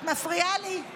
ואת מפריעה לי.